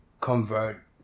convert